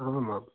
आम् आम्